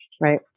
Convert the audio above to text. right